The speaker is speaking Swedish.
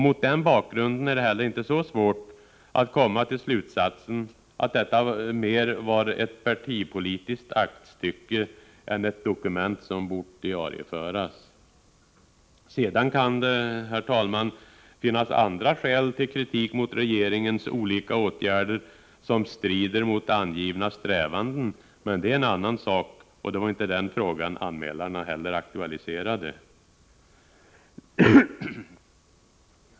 Mot den bakgrunden är det heller inte så svårt att komma till slutsatsen att detta mer var ett partipolitiskt aktstycke än ett dokument som bort diarieföras. Sedan kan det, herr talman, finnas andra skäl till kritik mot regeringens olika åtgärder, som strider mot angivna strävanden, men det är en annan sak och det var inte heller den frågan anmälarna aktualiserade!